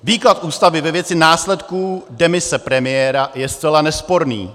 Výklad Ústavy ve věci následků ve věci premiéra je zcela nesporný.